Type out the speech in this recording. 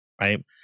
Right